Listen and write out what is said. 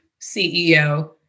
CEO